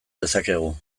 dezakegu